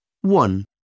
One